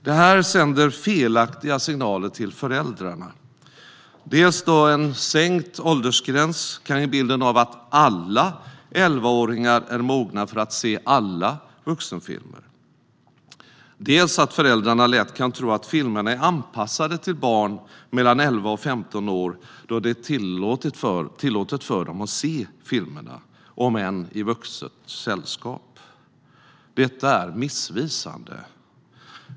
Det här sänder felaktiga signaler till föräldrarna, dels eftersom en sänkt åldersgräns kan ge bilden av att alla elvaåringar är mogna för att se alla vuxenfilmer, dels eftersom föräldrarna lätt kan tro att filmerna är anpassade till barn mellan elva och femton år då det är tillåtet för dem att se filmerna, om än i vuxet sällskap. Detta är missvisande.